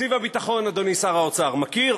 תקציב הביטחון, אדוני שר האוצר, מכיר?